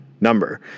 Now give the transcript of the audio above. number